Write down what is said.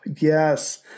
yes